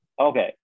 Okay